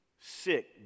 sick